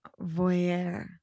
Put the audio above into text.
Voyeur